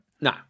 No